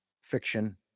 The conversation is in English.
fiction